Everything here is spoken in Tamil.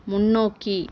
முன்னோக்கி